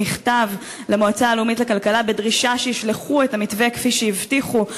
מכתב למועצה הלאומית לכלכלה בדרישה שישלחו את המתווה כפי שהבטיחו.